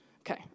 Okay